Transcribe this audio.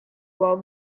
while